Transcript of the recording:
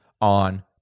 on